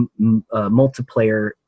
multiplayer